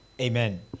Amen